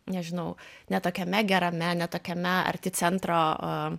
nežinau ne tokiame gerame ne tokiame arti centro